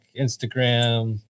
Instagram